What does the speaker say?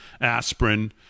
aspirin